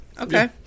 Okay